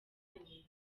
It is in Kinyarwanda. bufatanye